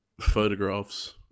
photographs